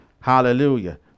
Hallelujah